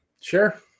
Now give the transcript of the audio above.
Sure